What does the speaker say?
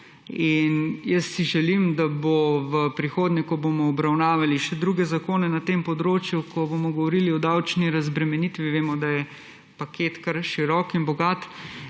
Želim si, da bo v prihodnje, ko bomo obravnavali še druge zakone na tem področju, ko bomo govorili o davčni razbremenitvi – vemo, da je paket kar širok in bogat